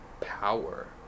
power